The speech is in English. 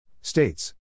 States